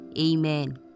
Amen